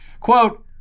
Quote